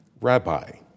Rabbi